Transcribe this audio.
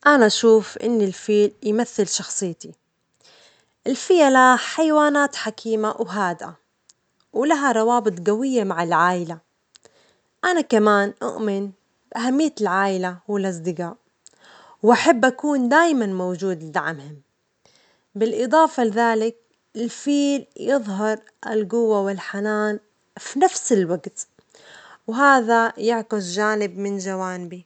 أنا أشوف إن الفيل يمثل شخصيتي، الفيلة حيوانات حكيمة وهادئة ولها روابط جوية مع العائلة، أنا كمان أؤمن بأهمية العائلة والأصدجاء، وأحب أكون دايمًا موجود لدعمهم، بالإضافة لذلك، الفيل يظهر الجوة والحنان في نفس الوجت، وهذا يعكس جانب من جوانبي.